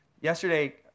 Yesterday